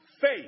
faith